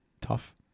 Tough